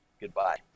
Goodbye